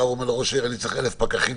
ולהגיד לראש העיר שהוא צריך 1,000 פקחים.